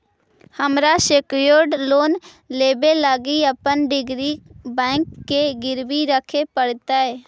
हमरा secured loan लेबे लागी अपन डिग्री बैंक के गिरवी रखे पड़तई